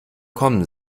kommen